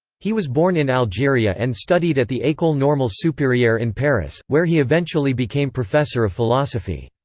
he was born in algeria and studied at the ecole normale superieure in paris, where he eventually became professor of philosophy.